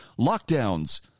lockdowns